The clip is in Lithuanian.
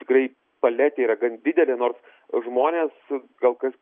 tikrai paletė yra gan didelė nors žmonės su gal kas